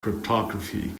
cryptography